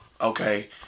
Okay